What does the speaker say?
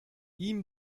ihm